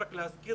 רק להזכיר